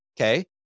okay